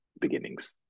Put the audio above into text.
beginnings